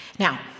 Now